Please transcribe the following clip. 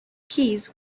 keys